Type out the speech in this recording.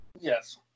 Yes